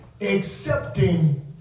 accepting